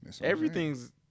Everything's